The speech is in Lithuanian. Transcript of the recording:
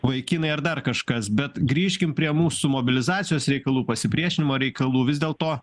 vaikinai ar dar kažkas bet grįžkim prie mūsų mobilizacijos reikalų pasipriešinimo reikalų vis dėlto